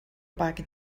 bag